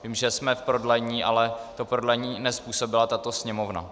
Vím, že jsme v prodlení, ale to prodlení nezpůsobila tato Sněmovna.